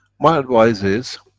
my advice is,